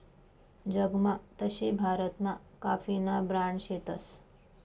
जगमा तशे भारतमा काफीना ब्रांड शेतस